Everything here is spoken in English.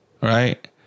Right